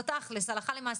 הלכה למעשה,